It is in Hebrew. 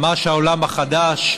ממש העולם החדש.